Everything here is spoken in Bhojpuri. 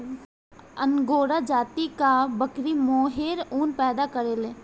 अंगोरा जाति कअ बकरी मोहेर ऊन पैदा करेले